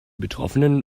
betroffenen